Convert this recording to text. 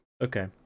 Okay